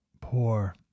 poor